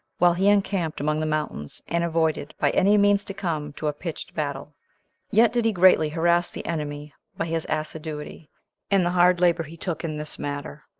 while he encamped among the mountains, and avoided by any means to come to a pitched battle yet did he greatly harass the enemy by his assiduity, and the hard labor he took in this matter.